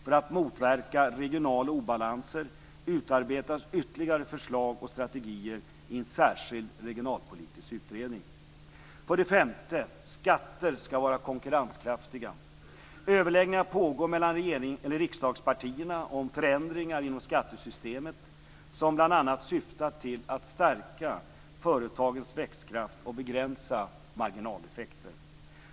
För att motverka regionala obalanser utarbetas ytterligare förslag och strategier i en särskild regionalpolitisk utredning. 5. Skatter skall vara konkurrenskraftiga. Överläggningar pågår mellan riksdagspartierna om förändringar inom skattesystemet som bl.a. syftar till att stärka företagens växtkraft och begränsa marginaleffekter.